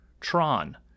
tron